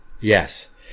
Yes